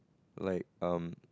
like um